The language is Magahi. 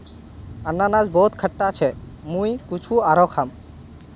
अनन्नास बहुत खट्टा छ मुई कुछू आरोह खाम